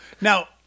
Now